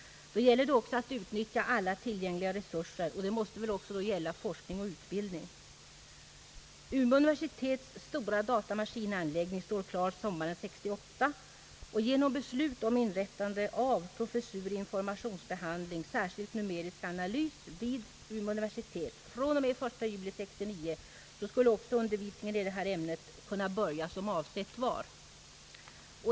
Då gäller det också att utnyttja alla tillgängliga resurser. Det måste väl då också gälla forskning och utbildning. Umeå universitets stora datamaskinanläggning står klar sommaren 1968. Genom ett beslut om inrättande av professur i informationsbehandling, särskilt numerisk analys, vid Umeå universitet från den 1 juli 1969 skulle också undervisningen i detta ämne kunna börja såsom avsett var.